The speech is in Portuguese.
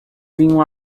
vinho